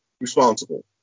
responsible